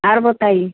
और बताइए